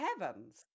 heavens